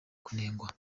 kunengwa